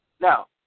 Now